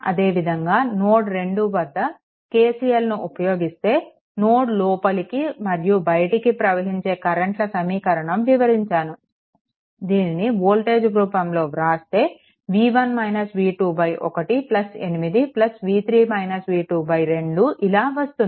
అదేవిధంగా నోడ్2 వద్ద KCLను ఉపయోగిస్తే నోడ్ లోపలికి మరియు బయటికి ప్రవహించే కరెంట్ల సమీకరణం వివరించాను దీనిని వోల్టేజ్ రూపంలో వ్రాస్తే 1 8 2 ఇలా వస్తుంది